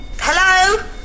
Hello